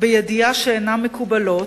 בידיעה שאינן מקובלות,